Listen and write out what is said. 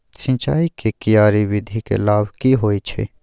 सिंचाई के क्यारी विधी के लाभ की होय छै?